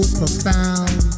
profound